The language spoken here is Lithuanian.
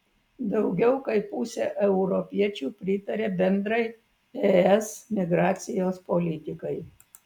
daugiau kaip pusė europiečių pritaria bendrai es migracijos politikai